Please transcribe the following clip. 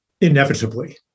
inevitably